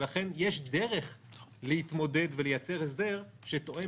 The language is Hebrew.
לכן יש דרך להתמודד ולייצר הסדר שתואם